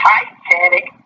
Titanic